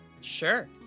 Sure